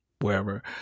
wherever